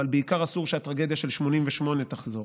אבל בעיקר אסור שהטרגדיה של 1988 תחזור.